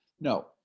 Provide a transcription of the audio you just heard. No